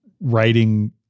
writing